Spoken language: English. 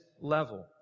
level